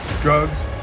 Drugs